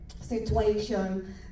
Situation